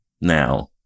now